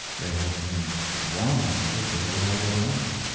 they had been wronging tilbury all the time.